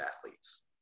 athletes